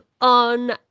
On